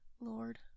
Lord